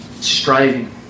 striving